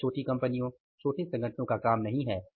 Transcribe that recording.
यह छोटी कंपनियों छोटे संगठनों का काम नहीं है